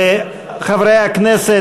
חברי הכנסת,